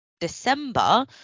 december